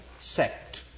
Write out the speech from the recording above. sect